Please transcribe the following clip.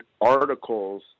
articles